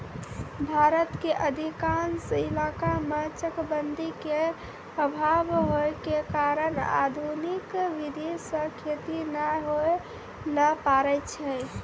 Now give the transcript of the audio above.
भारत के अधिकांश इलाका मॅ चकबंदी के अभाव होय के कारण आधुनिक विधी सॅ खेती नाय होय ल पारै छै